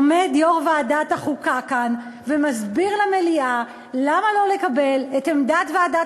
עומד יושב-ראש ועדת החוקה כאן ומסביר למליאה למה לא לקבל את עמדת ועדת